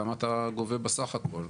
כמה אתה גובה בסך הכול.